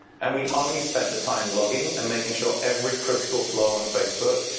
and we only spent the time logging, and making sure every critical flow on facebook.